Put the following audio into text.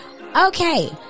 Okay